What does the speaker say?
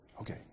Okay